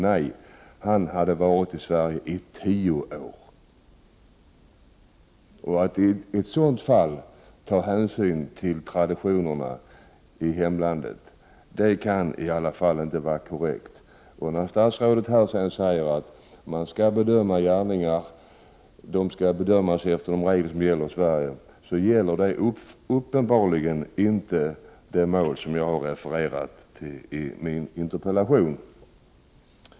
Nej, han hade varit i Sverige tio år. Att i ett sådant fall ta hänsyn till traditionerna i hemlandet kan inte vara korrekt. När statsrådet säger att man skall bedöma gärningar efter de regler som gäller i Sverige, gäller detta uppenbarligen inte det mål som jag refererat i min interpellation.